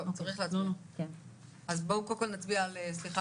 אז לעזור להם במחיה שלהם, זה לא להשוות אחד